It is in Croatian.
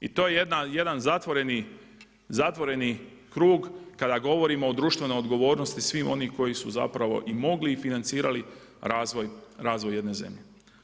I to je jedan zatvoreni krug kad govorimo društvenoj odgovornosti svih onih koji su zapravo i mogli i financirali razvoj jedne zemlje.